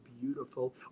beautiful